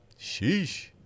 Sheesh